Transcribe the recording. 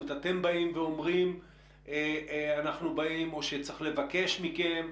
האם צריך לבקש מכם?